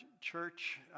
church